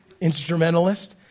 Instrumentalist